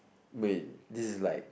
wait this is like